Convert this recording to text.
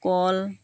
কল